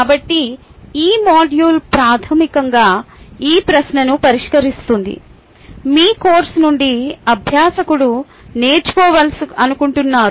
కాబట్టి ఈ మాడ్యూల్ ప్రాథమికంగా ఈ ప్రశ్నను పరిష్కరిస్తుంది మీ కోర్సు నుండి అభ్యాసకుడు నేర్చుకోవాలనుకుంటున్నారు